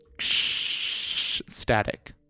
static